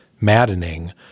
maddening